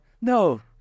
no